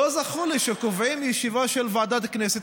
לא זכור לי שקובעים ישיבה של ועדת כנסת